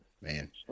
Man